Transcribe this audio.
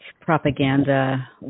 propaganda